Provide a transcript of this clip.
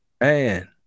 man